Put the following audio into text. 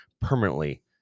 permanently